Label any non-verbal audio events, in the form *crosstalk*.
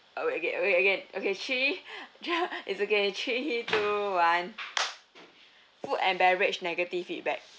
okay again okay again okay three *noise* *laughs* it's okay three two one *noise* food and beverage negative feedback